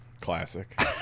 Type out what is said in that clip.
Classic